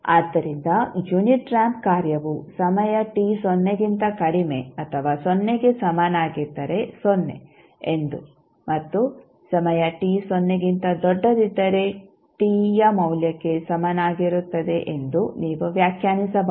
ಆದ್ದರಿಂದ unit ramp ಕಾರ್ಯವು ಸಮಯ t ಸೊನ್ನೆಗಿಂತ ಕಡಿಮೆ ಅಥವಾ ಸೊನ್ನೆಗೆ ಸಮನಾಗಿದ್ದರೆ ಸೊನ್ನೆ ಎಂದು ಮತ್ತು ಸಮಯ t ಸೊನ್ನೆಗಿಂತ ದೊಡ್ಡದಿದ್ದರೆ t ಯ ಮೌಲ್ಯಕ್ಕೆ ಸಮನಾಗಿರುತ್ತದೆ ಎಂದು ನೀವು ವ್ಯಾಖ್ಯಾನಿಸಬಹುದು